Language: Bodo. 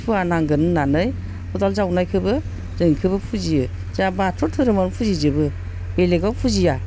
सुवा नांगोन होन्नानै खदाल जावनायखौबो जों बेखौबो फुजियो जोंहा बाथौ धोरोमावनो फुजिजोबो बेलेगाव फुजिया